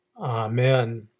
Amen